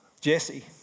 Jesse